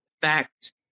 fact